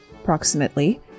approximately